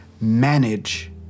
Manage